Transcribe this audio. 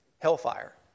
Hellfire